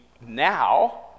now